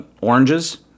oranges